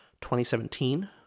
2017